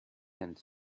and